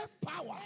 power